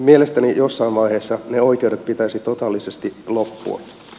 mielestäni jossain vaiheessa ne oikeudet pitäisi totaalisesti loppua